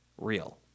real